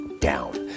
down